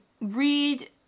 read